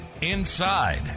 inside